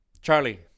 Charlie